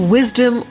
Wisdom